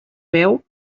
veu